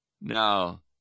Now